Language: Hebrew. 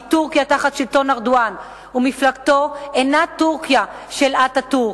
כי טורקיה תחת שלטון ארדואן ומפלגתו אינה טורקיה של אטאטורק,